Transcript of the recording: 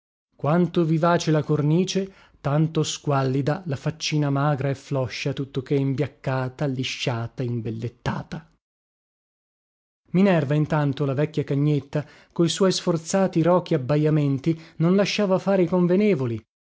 quanto vivace la cornice tanto squallida la faccina magra e floscia tuttoché imbiaccata lisciata imbellettata minerva intanto la vecchia cagnetta co suoi sforzati rochi abbajamenti non lasciava fare i convenevoli